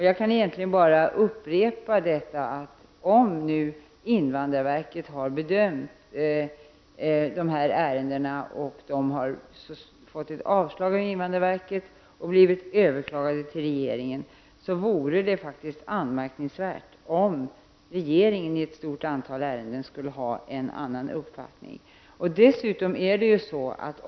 Jag kan egentligen bara upprepa, att om invandrarverket har bedömt dessa ärenden och avslagit dem och om de därefter har överklagats till regeringen, vore det faktiskt anmärkningsvärt om regeringen skulle ha en annan uppfattning än invandrarverket i ett stort antal ärenden.